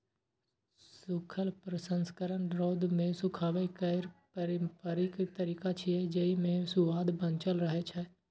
सूखल प्रसंस्करण रौद मे सुखाबै केर पारंपरिक तरीका छियै, जेइ मे सुआद बांचल रहै छै